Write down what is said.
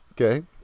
Okay